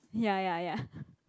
ya ya ya